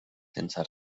sense